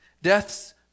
Death's